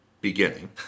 beginning